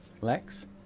Lex